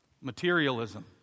materialism